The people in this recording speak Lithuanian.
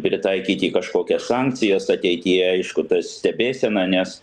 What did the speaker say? pritaikyti kažkokias sankcijas ateityje aišku ta stebėsena nes